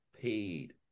paid